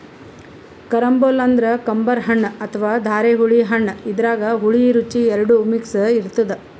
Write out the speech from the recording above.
carambola ಅಂದ್ರ ಕಂಬರ್ ಹಣ್ಣ್ ಅಥವಾ ಧಾರೆಹುಳಿ ಹಣ್ಣ್ ಇದ್ರಾಗ್ ಹುಳಿ ರುಚಿ ಎರಡು ಮಿಕ್ಸ್ ಇರ್ತದ್